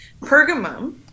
Pergamum